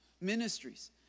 ministries